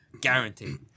Guaranteed